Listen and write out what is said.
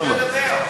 אני מבקש לדבר.